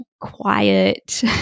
quiet